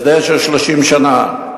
הסדר של 30 שנה.